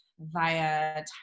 via